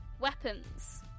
weapons